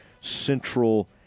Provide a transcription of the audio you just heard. central